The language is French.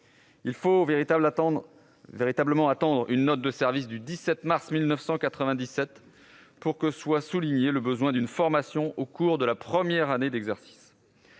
Il aura fallu attendre une note de service du 17 mars 1997 pour que soit véritablement souligné le besoin d'une formation au cours de la première année d'exercice.